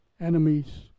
enemies